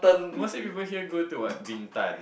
most people here go to what Bintan